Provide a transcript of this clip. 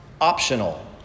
optional